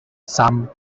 some